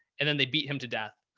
and then they beat him to death,